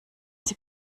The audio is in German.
sie